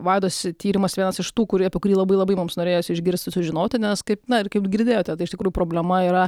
vaidos tyrimas vienas iš tų kurį apie kurį labai labai mums norėjosi išgirst sužinoti nes kaip na ir kaip girdėjote tai iš tikrųjų problema yra